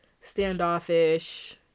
standoffish